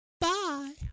Bye